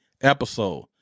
episode